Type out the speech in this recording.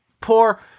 poor